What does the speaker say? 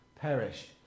perish